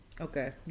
Okay